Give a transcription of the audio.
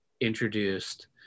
introduced